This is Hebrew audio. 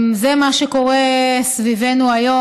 זה מה שקורה סביבנו היום.